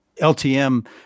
LTM